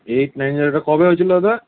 eight nine zero এটা কবে হয়েছিলো দাদা